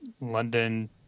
London